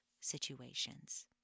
situations